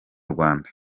rwanda